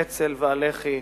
האצ"ל והלח"י,